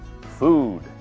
food